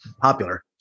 popular